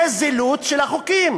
זה זילות של החוקים,